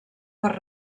per